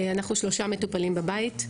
אנחנו שלושה מטופלים בבית.